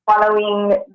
following